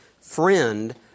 friend